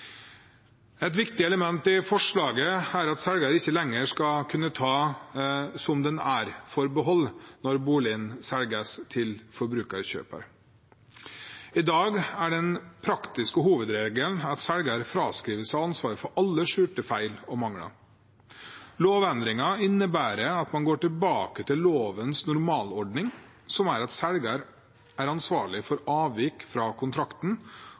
Et viktig element i forslaget er at selgeren ikke lenger skal kunne ta «som den er»-forbehold når boligen selges til forbruker/kjøper. I dag er den praktiske hovedregelen at selgeren fraskriver seg ansvaret for alle skjulte feil og mangler. Lovendringen innebærer at man går tilbake til lovens normalordning, som er at selgeren er ansvarlig for avvik fra kontrakten